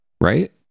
right